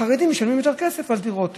החרדים משלמים יותר כסף על דירות,